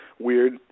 weird